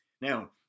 Now